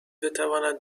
بتواند